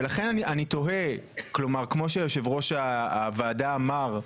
כמו שיושב-ראש הוועדה אמר,